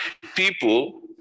people